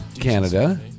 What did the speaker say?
Canada